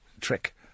trick